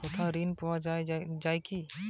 Bank ছাড়া অন্য কোথাও ঋণ পাওয়া যায় কি?